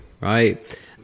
Right